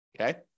Okay